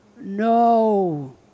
No